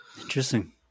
interesting